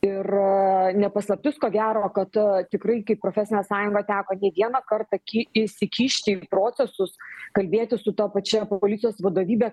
ir ne paslaptis ko gero kad tikrai kaip profesinė sąjunga teko ne vieną kartą įsikišti į procesus kalbėtis su ta pačia policijos vadovybe